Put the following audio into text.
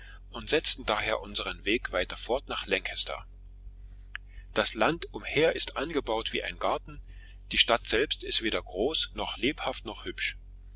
und setzten daher unseren weg weiter fort nach lancaster das land umher ist angebaut wie ein garten die stadt selbst ist weder groß noch lebhaft noch hübsch